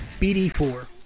BD4